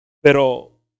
Pero